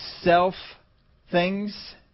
self-things